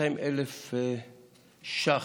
200,000 ש"ח,